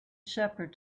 shepherd